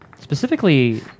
Specifically